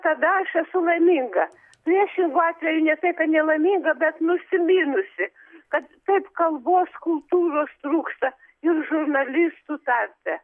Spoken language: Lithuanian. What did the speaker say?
tada aš esu laiminga priešingu atveju ne tai kad nelaiminga bet nusiminusi kad taip kalbos kultūros trūksta ir žurnalistų tarpe